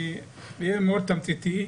אני אהיה מאוד תמציתי.